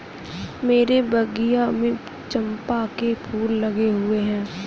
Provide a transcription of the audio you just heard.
मेरे बगिया में चंपा के फूल लगे हुए हैं